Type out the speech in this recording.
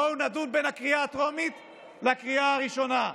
בואו נדון בין הקריאה הטרומית לקריאה הראשונה.